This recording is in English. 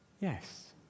Yes